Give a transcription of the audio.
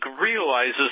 realizes